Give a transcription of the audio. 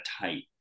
tight